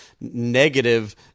negative